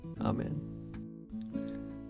Amen